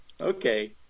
Okay